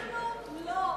אנחנו לא,